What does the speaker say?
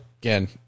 again